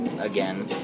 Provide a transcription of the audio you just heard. again